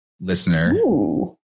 listener